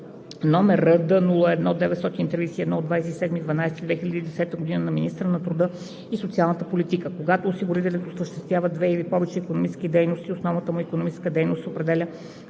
от 27 декември 2010 г. на министъра на труда и социалната политика. Когато осигурителят осъществява две или повече икономически дейности, основната му икономическа дейност се определя